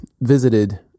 visited